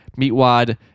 Meatwad